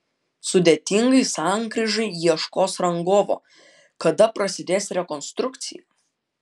sudėtingai sankryžai ieškos rangovo kada prasidės rekonstrukcija